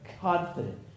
confident